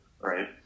right